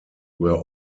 were